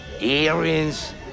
Earrings